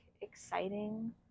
exciting